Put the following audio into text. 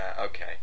okay